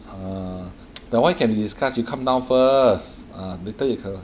uh that [one] can be discussed you come down first ah later you